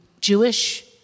Jewish